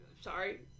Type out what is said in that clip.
Sorry